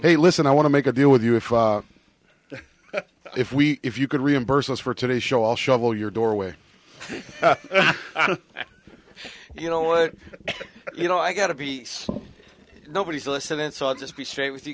hey listen i want to make a deal with you if if we if you could reimburse us for today's show all shovel your doorway you know what you know i got to be nobody's listening so i'll just be straight with you